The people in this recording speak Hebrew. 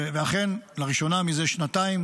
ואכן, לראשונה מזה שנתיים